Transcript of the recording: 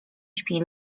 śpi